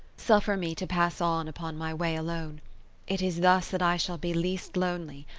suffer me to pass on upon my way alone it is thus that i shall be least lonely,